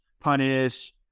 punish